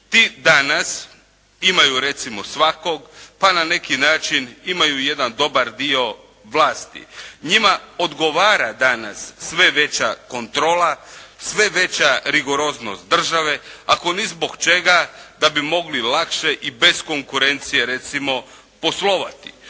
Ti danas imaju recimo svakog pa na neki način imaju jedan dobar dio vlasti. Njima odgovara danas sve veća kontrola, sve veća rigoroznost države ako ni zbog čega da bi mogli lakše i bez konkurencije recimo poslovati.